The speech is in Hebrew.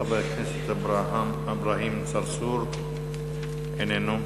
חבר הכנסת אברהים צרצור, איננו.